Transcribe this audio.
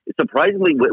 surprisingly